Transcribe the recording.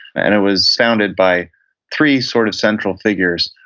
and it was founded by three sort of central figures,